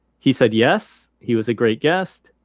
he said. yes, he was a great guest.